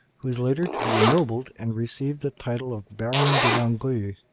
who was later to be ennobled and receive the title of baron de longueuil